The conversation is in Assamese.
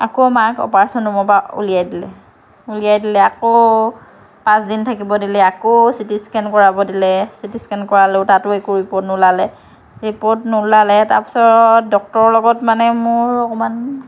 আকৌ মাক অপাৰেচন ৰুমৰ পৰা উলিয়াই দিলে উলিয়াই দিলে আকৌ পাঁচ দিন থাকিব দিলে আকৌ চিটি স্কেন কৰাব দিলে চিটি স্কেন কৰালোঁ তাতো একো ৰিপৰ্ট নোলালে ৰিপৰ্ট নোলালে তাৰ পিছত ডক্তৰৰ লগত মানে মোৰ অকমান